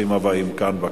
ברוכים הבאים כאן בכנסת.